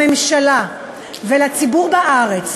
לממשלה ולציבור בארץ,